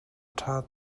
ṭha